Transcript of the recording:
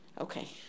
Okay